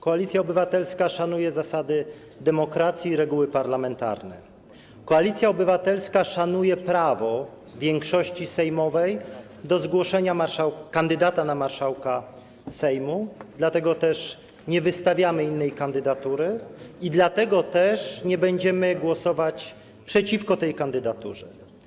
Koalicja Obywatelska szanuje zasady demokracji i reguły parlamentarne, Koalicja Obywatelska szanuje prawo większości sejmowej do zgłoszenia kandydata na marszałka Sejmu, dlatego też nie wystawiamy innej kandydatury i dlatego też nie będziemy głosować przeciwko tej kandydaturze.